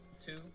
two